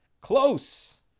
close